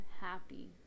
happy